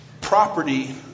property